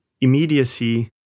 immediacy